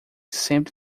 sempre